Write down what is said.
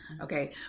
Okay